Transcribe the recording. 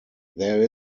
there